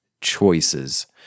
choices